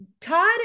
Todd